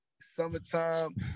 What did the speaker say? summertime